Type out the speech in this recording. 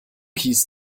hieß